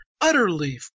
utterly